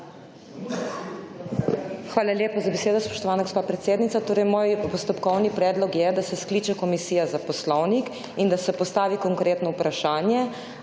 Hvala lepa za besedo, spoštovana gospa predsednica. Torej moj postopkovni predlog je, da se skliče Komisija za poslovnik in da se postavi konkretno vprašanje